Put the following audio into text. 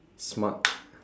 smart